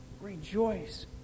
Rejoice